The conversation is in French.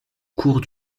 cours